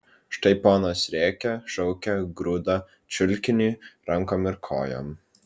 štai ponas rėkia šaukia grūda čiulkinį rankom ir kojom